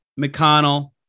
McConnell